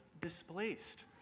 displaced